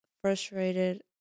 frustrated